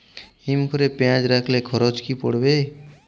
হিম ঘরে পেঁয়াজ রাখলে খরচ কি পড়বে?